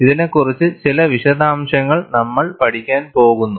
ഇതിനെക്കുറിച്ച് ചില വിശദാംശങ്ങൾ നമ്മൾ പഠിക്കാൻ പോകുന്നു